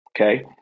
Okay